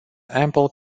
ample